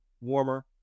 warmer